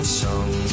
song